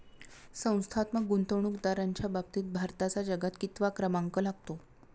संस्थात्मक गुंतवणूकदारांच्या बाबतीत भारताचा जगात कितवा क्रमांक लागतो?